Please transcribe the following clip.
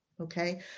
okay